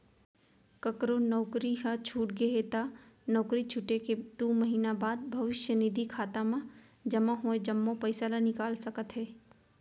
ककरो नउकरी ह छूट गे त नउकरी छूटे के दू महिना बाद भविस्य निधि खाता म जमा होय जम्मो पइसा ल निकाल सकत हे